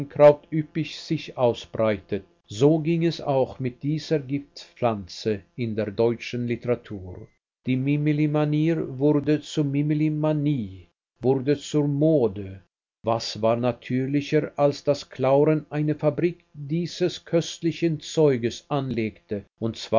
unkraut üppig sich ausbreitet so ging es auch mit dieser giftpflanze in der deutschen literatur die mimili manier wurde zur mimili manie wurde zur mode was war natürlicher als daß clauren eine fabrik dieses köstlichen zeuges anlegte und